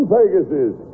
Pegasus